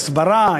הסברה,